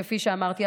כפי שאמרתי.